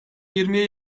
yirmiye